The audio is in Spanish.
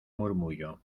murmullo